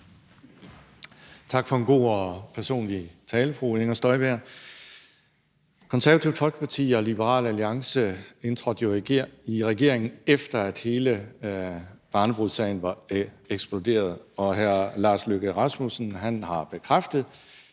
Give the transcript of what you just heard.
Tak for en god og personlig tale, vil jeg sige til fru Inger Støjberg. Det Konservative Folkeparti og Liberal Alliance indtrådte jo i regeringen, efter at hele barnebrudssagen var eksploderet, og hr. Lars Løkke Rasmussen har bekræftet,